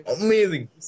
amazing